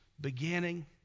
beginning